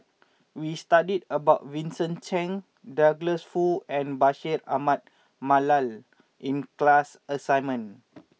we studied about Vincent Cheng Douglas Foo and Bashir Ahmad Mallal in class assignment